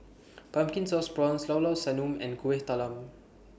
Pumpkin Sauce Prawns Llao Llao Sanum and Kueh Talam